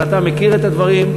אבל אתה מכיר את הדברים,